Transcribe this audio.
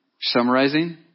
summarizing